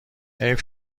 حیف